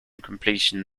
completion